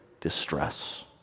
distress